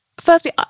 firstly